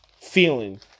feeling